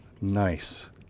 nice